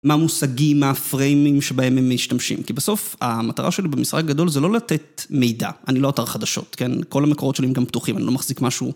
מה המושגים, מה פריימים שבהם הם משתמשים. כי בסוף המטרה שלי במשחק הגדול זה לא לתת מידע. אני לא אתר חדשות, כן? כל המקורות שלי הם גם פתוחים, אני לא מחזיק משהו.